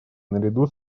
наряду